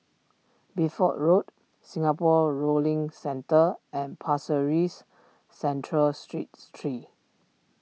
Bideford Road Singapore rolling Centre and Pasir Ris Central Street three